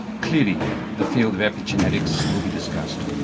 clearly the field of epigenetics will be discussed.